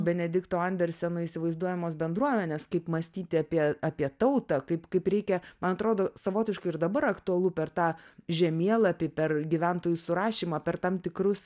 benedikto anderseno įsivaizduojamos bendruomenės kaip mąstyti apie apie tautą kaip kaip reikia man atrodo savotiškai ir dabar aktualu per tą žemėlapį per gyventojų surašymą per tam tikrus